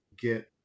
get